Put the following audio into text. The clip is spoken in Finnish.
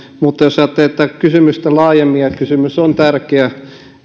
mutta jos ajattelee tätä kysymystä laajemmin ja kysymys on tärkeä